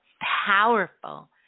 powerful